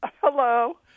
Hello